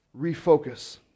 Refocus